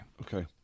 Okay